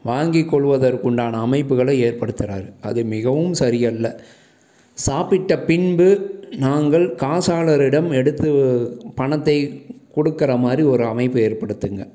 வாங்கிக்கொள்வதற்குண்டான அமைப்புகளும் ஏற்படுத்துறார் அது மிகவும் சரி அல்ல சாப்பிட்ட பின்பு நாங்கள் காசாளரிடம் எடுத்து பணத்தை கொடுக்கற மாதிரி ஒரு அமைப்பு ஏற்படுத்துங்கள்